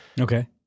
Okay